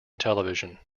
television